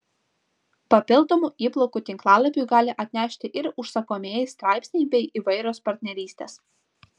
papildomų įplaukų tinklalapiui gali atnešti ir užsakomieji straipsniai bei įvairios partnerystės